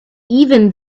even